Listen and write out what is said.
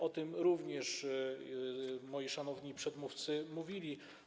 O tym również moi szanowni przedmówcy mówili.